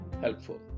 helpful